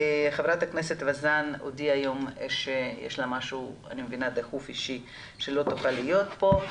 חברת הכנסת וזאן הודיעה היום שיש לה משהו דחוף אישי שלא תוכל להיות פה.